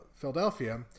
Philadelphia